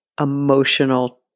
emotional